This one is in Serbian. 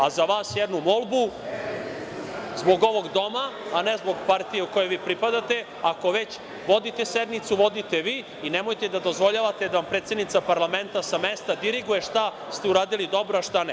A za vas jednu molbu, zbog ovog Doma a ne zbog partije u kojoj vi pripadate, ako već vodite sednicu, vodite je vi i nemojte da dozvoljavate da vam predsednica parlamenta sa mesta diriguje šta ste uradili dobro, a šta ne.